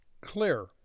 clear